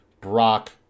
Brock